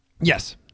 Yes